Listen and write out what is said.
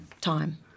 time